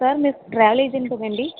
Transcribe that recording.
sir మీరు travel ఏజెంటేనా అండి